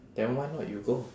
then why not you go